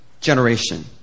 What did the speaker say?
generation